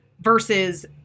versus